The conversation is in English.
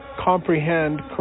comprehend